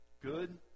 Good